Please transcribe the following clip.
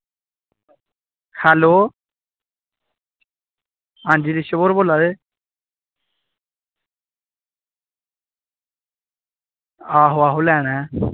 hello हां जी रिछव होर बोल्ला दे आहो आहो लैना ऐ